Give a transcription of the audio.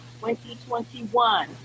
2021